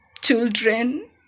children